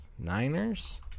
Niners